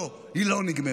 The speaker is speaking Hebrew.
לא, היא לא נגמרה.